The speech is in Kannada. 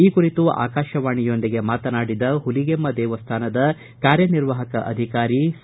ಈ ಕುರಿತು ಆಕಾಶವಾಣಿಯೊಂದಿಗೆ ಮಾತನಾಡಿದ ಪುಲಿಗೆಮ್ಮ ದೇವಸ್ಥಾನದ ಕಾರ್ಯನಿರ್ವಾಪಕ ಅಧಿಕಾರಿ ಸಿ